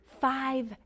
Five